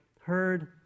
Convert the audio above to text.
heard